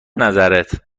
نظرت